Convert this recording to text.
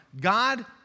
God